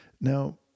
Now